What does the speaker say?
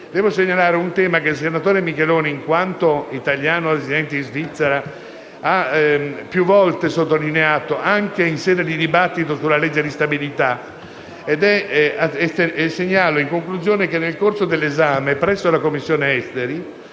evidenziare un tema che il senatore Micheloni, in quanto italiano residente in Svizzera, ha più volte sottolineato anche in sede di discussione della legge di stabilità. Segnalo quindi - in conclusione - che, nel corso dell'esame presso la Commissione affari